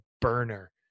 burner